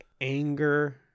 anger